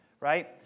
Right